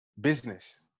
business